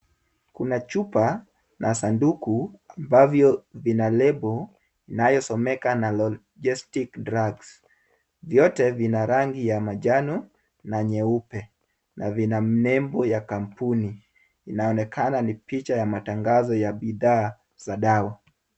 Kuna chupa na sanduku ambavyo vina lebo inayosomeka Nalogestic Drug . Vyote vina rangi ya manjano na nyeupe na vina nembo ya kampuni. Inaonekana ni picha ya matangazo ya bidhaa za dawa.